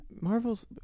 Marvel's